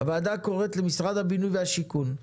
הוועדה קוראת למשרד הבינוי והשיכון,